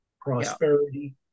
prosperity